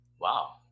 Wow